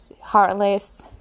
Heartless